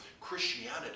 Christianity